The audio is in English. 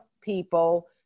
people